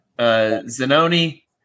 Zanoni